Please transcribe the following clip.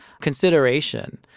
consideration